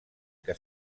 que